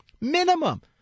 minimum